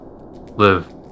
live